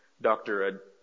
Dr